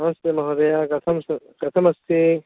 नमस्ते महोदय कथं सः कथमस्ति